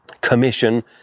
commission